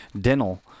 dental